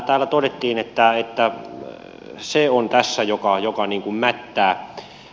täällä todettiin että se on tässä se joka niin kuin mättää